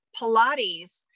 Pilates